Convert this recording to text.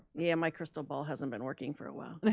yeah, my crystal ball hasn't been working for a while. and